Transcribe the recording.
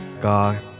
God